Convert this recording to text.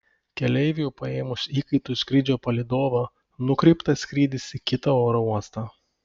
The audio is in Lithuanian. keleiviui paėmus įkaitu skrydžio palydovą nukreiptas skrydis į kitą oro uostą